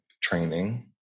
training